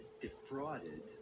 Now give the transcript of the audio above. defrauded